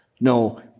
No